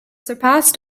surpassed